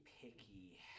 picky